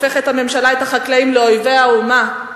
הופכת הממשלה את החקלאים לאויבי האומה,